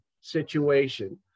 situation